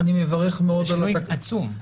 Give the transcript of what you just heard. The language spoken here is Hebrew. זה שינוי עצום.